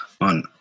on